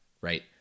Right